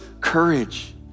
courage